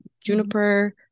juniper